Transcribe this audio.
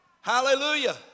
Hallelujah